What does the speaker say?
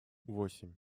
восемь